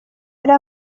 yari